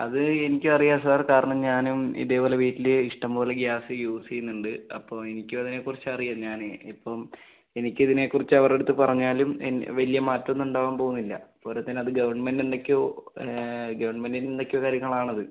അത് എനിക്കറിയാം സാർ കാരണം ഞാനും ഇതേപോലെ വീട്ടില് ഇഷ്ടംപോലെ ഗ്യാസ് യൂസിയ്യുന്നുണ്ട് അപ്പോള് എനിക്കും അതിനെക്കുറിച്ചറിയാം ഞാനേ ഇപ്പോള് എനിക്കിതിനേക്കുറിച്ച് അവരുടെയടുത്തു പറഞ്ഞാലും വലിയ മാറ്റമൊന്നും ഉണ്ടാവാന് പോകുന്നില്ല പോരാത്തതിന് അത് ഗവൺമെന്റെന്തൊക്കെയോ ഗവൺമെന്റിനെന്തൊക്കെയോ കാര്യങ്ങളാണത്